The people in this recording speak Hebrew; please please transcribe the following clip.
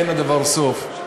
אין לדבר סוף.